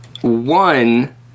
One